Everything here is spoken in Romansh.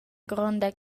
gronda